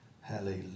Hallelujah